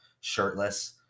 shirtless